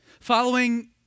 following